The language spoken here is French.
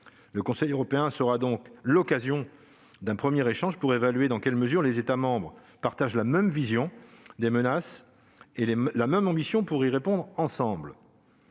de décembre sera donc l'occasion d'un premier échange permettant d'évaluer dans quelle mesure les États membres partagent la même vision des menaces et la même ambition pour y répondre ensemble.